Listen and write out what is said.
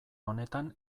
honetan